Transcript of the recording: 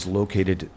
located